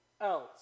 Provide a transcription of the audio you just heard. else